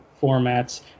formats